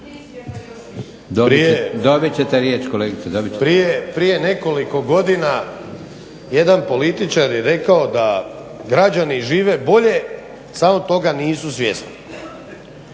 Zoran (HDSSB)** Prije nekoliko godina jedan političar je rekao da građani žive bolje samo toga nisu svjesni.